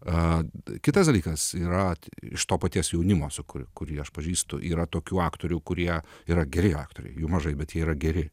kitas dalykas yra iš to paties jaunimo kurį aš pažįstu yra tokių aktorių kurie yra geri aktoriai jų mažai bet jie yra geri